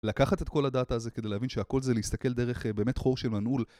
לקחת את כל הדאטה הזאת כדי להבין שהכל זה להסתכל דרך באמת חור של מנעול